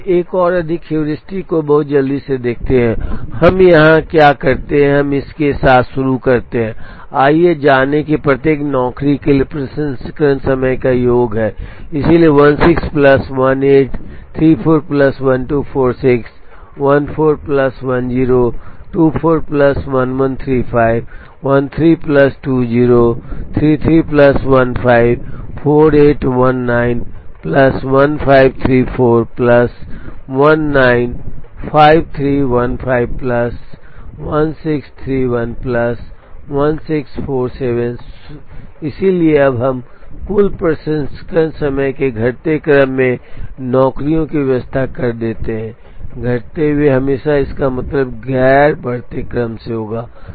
अब हम एक और अधिक हेयुरिस्टिक को बहुत जल्दी से देखते हैं और हम यहां क्या करते हैं कि हम इसके साथ शुरू करते हैं आइए जानें कि प्रत्येक नौकरी के प्रसंस्करण समय का योग है इसलिए 16 plus 1834 plus 124614 plus 10 24 plus 113513 plus 2033 plus 154819 plus 1534 plus 195315 plus 1631 plus 1647So अब हम कुल प्रसंस्करण समय के घटते क्रम में नौकरियों की व्यवस्था करते हैं घटते हुए हमेशा इसका मतलब गैर बढ़ते क्रम से होगा